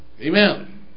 Amen